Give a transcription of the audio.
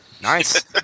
Nice